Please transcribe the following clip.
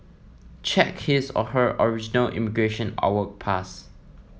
check his or her original immigration or work pass